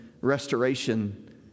restoration